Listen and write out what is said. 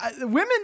Women